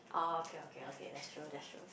oh okay okay okay that's true that's true